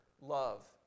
love